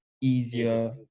easier